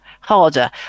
harder